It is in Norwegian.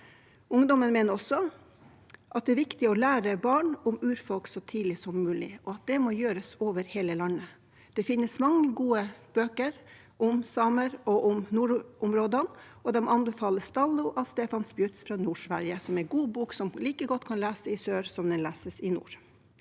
Ungdommen mener også det er viktig å lære barn om urfolk så tidlig som mulig, og at det må gjøres over hele landet. Det finnes mange gode bøker om samer og om nordområdene, og de anbefaler Stallo av Stefan Spjut fra NordSverige, som er en god bok som like godt kan leses i sør som i nord.